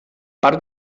part